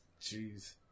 jeez